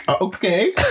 Okay